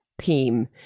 theme